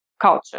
culture